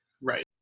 Right